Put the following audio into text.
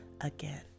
again